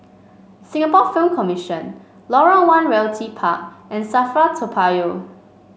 Singapore Film Commission Lorong One Realty Park and Safra Toa Payoh